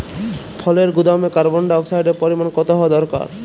ফলের গুদামে কার্বন ডাই অক্সাইডের পরিমাণ কত হওয়া দরকার?